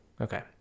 Okay